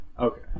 Okay